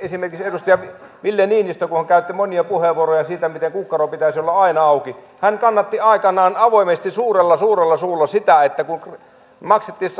esimerkiksi edustaja ville niinistö hän käytti monia puheenvuoroja siitä miten kukkaron pitäisi olla aina auki kannatti aikanaan avoimesti suurella suurella suulla sitä että maksettiin